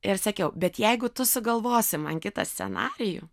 ir sakiau bet jeigu tu sugalvosi man kitą scenarijų